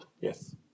Yes